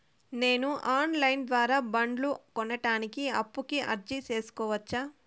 నేను online ద్వారా బండ్లు కొనడానికి అప్పుకి అర్జీ సేసుకోవచ్చా?